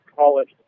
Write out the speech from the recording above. college